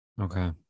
Okay